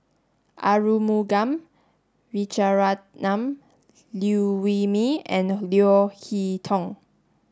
Arumugam Vijiaratnam Liew Wee Mee and Leo Hee Tong